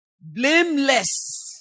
Blameless